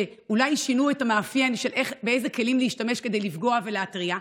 שאולי שינו את המאפיין של באיזה כלים להשתמש כדי לפגוע ולהתריע,